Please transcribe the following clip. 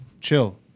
chill